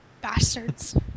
Bastards